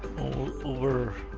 all over.